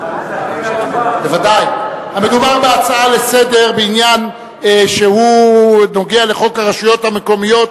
מדובר בהצעה לסדר-היום בעניין שנוגע בחוק הרשויות המקומיות,